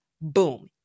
Boom